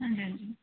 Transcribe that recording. ਹਾਂਜੀ ਹਾਂਜੀ